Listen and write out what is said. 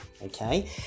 Okay